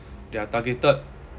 they are targeted